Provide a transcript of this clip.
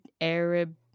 Arab